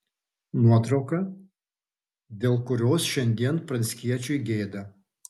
nuotrauka dėl kurios šiandien pranckiečiui gėda